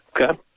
Okay